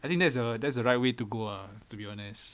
I think that's err that's the right way to go ah to be honest